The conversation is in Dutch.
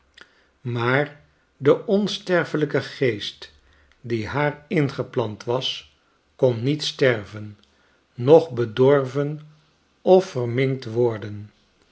maar de onsterfelijke geest die haar ingeplant was kon niet sterven noch bedorven of verminkt worden